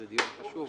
זה דיון חשוב,